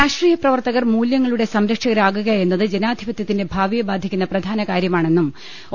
രാഷ്ട്രീയ പ്രവർത്തകർ മൂല്യങ്ങളുടെ സംരക്ഷക രാകുകയെന്നത് ജനാധിപത്യത്തിന്റെ ഭാവിയെ ബാധിക്കുന്ന പ്രധാനകാര്യമാണെന്നും ഒ